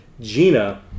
Gina